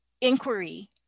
inquiry